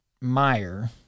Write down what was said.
Meyer